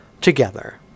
together